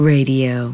Radio